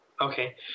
Okay